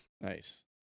Nice